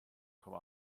chomh